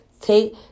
Take